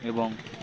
এবং